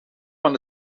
van